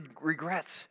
regrets